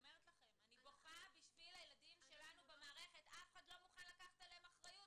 אף אחד במערכת לא מוכן לקחת עליהם אחריות,